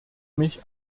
mich